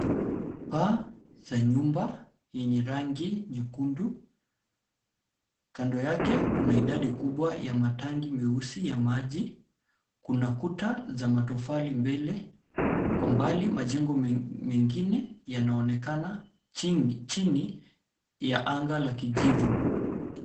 Paa la nyumba yenye rangi nyekundu. Kando yake kuna idadi kubwa wa matangi meusi ya maji. Kuna kuta za matofali mbele. Kwa mbali majengo mengine yanaonekana chini ya anga la kijivu.